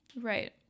Right